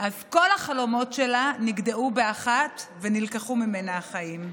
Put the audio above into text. כל החלומות שלה נגדעו באחת ונלקחו ממנה החיים.